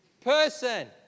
person